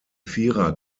vierer